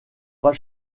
pas